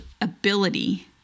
ability